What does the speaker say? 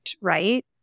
right